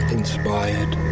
inspired